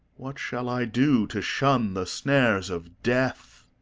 what shall i do to shun the snares of death?